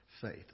faith